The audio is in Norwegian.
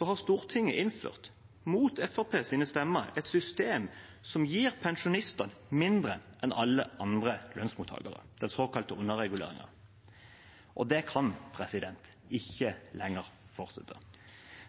har Stortinget innført – mot Fremskrittspartiets stemmer – et system som gir pensjonistene mindre enn alle andre lønnsmottakere, den såkalte underreguleringen. Det kan ikke lenger fortsette.